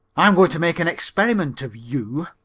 i'm going to make an experiment of you,